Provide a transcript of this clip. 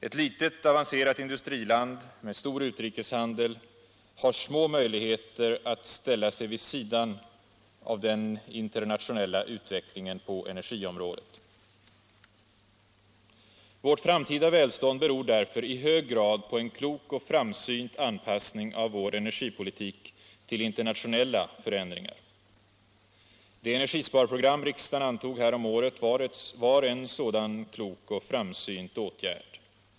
Ett litet avancerat industriland med stor utrikeshandel har små möjligheter att ställa sig vid sidan av den internationella utvecklingen på energiområdet. Vårt framtida välstånd beror därför i hög grad på en klok och framsynt anpassning av vår energipolitik till internationella förändringar. Det energisparprogram riksdagen antog häromåret var en sådan klok och framsynt åtgärd.